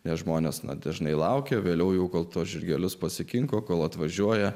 nes žmonės dažnai laukia vėliau jau kol tuos žirgelius pasikinko kol atvažiuoja